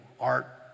art